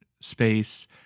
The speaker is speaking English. space